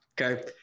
Okay